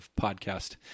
podcast